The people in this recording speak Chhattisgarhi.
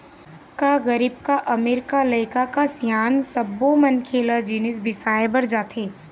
का गरीब का अमीर, का लइका का सियान सब्बो मनखे ल जिनिस बिसाए बर जाथे